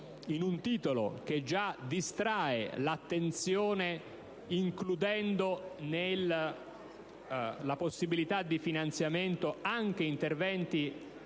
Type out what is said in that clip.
in esame distrae l'attenzione, includendo nella possibilità di finanziamento anche interventi